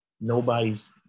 nobody's